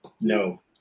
no